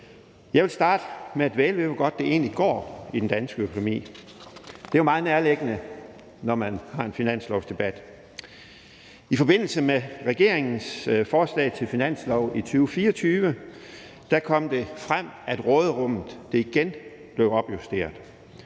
Jeg vil starte med at dvæle ved, hvor godt det egentlig går i den danske økonomi. Det er jo meget nærliggende, når man har en finanslovsdebat. I forbindelse med regeringens forslag til finanslov for 2024 kom det frem, at råderummet igen blev opjusteret,